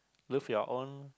lose your own